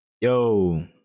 Yo